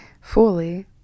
fully